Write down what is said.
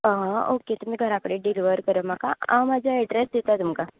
okay तुमी घरा कडेन डिलीवर करात म्हाका हांव म्हजो एडरॅस दिता तुमकां